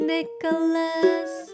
Nicholas 。